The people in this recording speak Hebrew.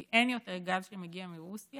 כי אין יותר גז שמגיע מרוסיה,